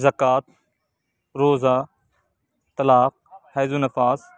زکوٰۃ روزہ طلاق حیض و نفاس